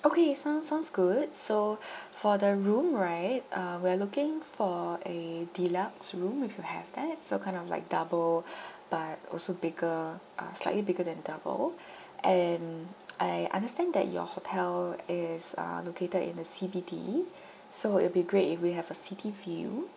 okay sounds sounds good so for the room right um we are looking for a deluxe room if you have that so kind of like double but also bigger uh slightly bigger than double and I understand that your hotel is uh located in the C_B_D so it'll be great if we have a city view